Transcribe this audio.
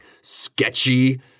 sketchy